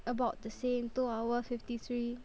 about the same two hours fifty three